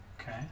Okay